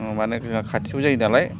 माने जोंना खाथिबो जायो नालाय